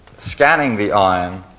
scanning the iron,